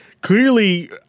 clearly